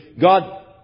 God